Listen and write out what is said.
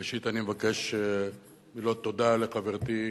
ראשית, אני מבקש מילות תודה לחברתי,